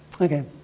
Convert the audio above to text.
Okay